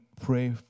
pray